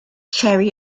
cherry